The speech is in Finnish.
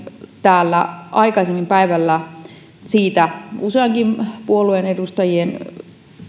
täällä on puhuttu aikaisemmin päivällä useankin puolueen edustajien puheissa